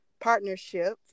partnership